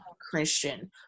christian